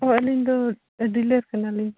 ᱚ ᱟᱹᱞᱤᱧ ᱫᱚ ᱰᱤᱞᱟᱨ ᱠᱟᱱᱟᱞᱤᱧ